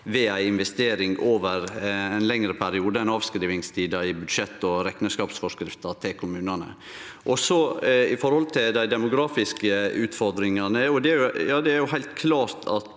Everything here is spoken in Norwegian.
ved ei investering over ein lengre periode enn avskrivingstida i budsjett- og rekneskapsforskrifta til kommunane. Når det gjeld dei demografiske utfordringane: Det er heilt klart at